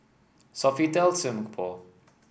Sofitel Singapore